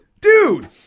dude